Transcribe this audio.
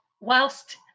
whilst